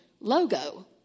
logo